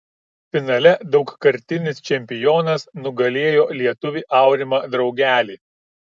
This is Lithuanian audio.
finale daugkartinis čempionas nugalėjo lietuvį aurimą draugelį